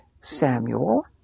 Samuel